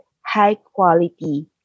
high-quality